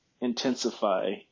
intensify